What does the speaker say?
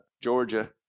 Georgia